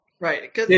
Right